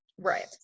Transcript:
Right